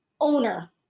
owner